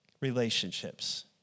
relationships